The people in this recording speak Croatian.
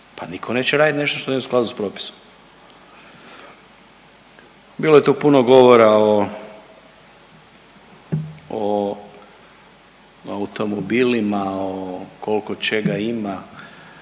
pa niko neće radit nešto što nije u skladu s propisom. Bilo je tu puno govora o, o automobilima, o kolko čega ima,